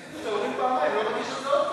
אומרים פעמיים, לא, את זה עוד הפעם.